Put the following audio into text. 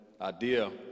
idea